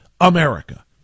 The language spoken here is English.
America